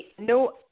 no